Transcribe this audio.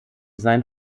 sein